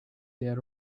their